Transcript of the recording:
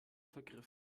vergriffen